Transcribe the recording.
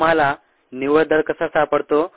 तुम्हाला निव्वळ दर कसा सापडतो